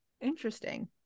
Interesting